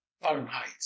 Fahrenheit